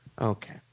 Okay